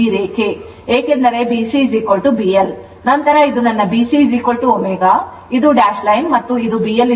ಏಕೆಂದರೆ B CB L ನಂತರ ಇದು ನನ್ನ B Cω ಇದು ಡ್ಯಾಶ್ ಲೈನ್ ಮತ್ತು ಇದು BL ω